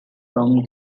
from